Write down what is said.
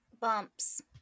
bumps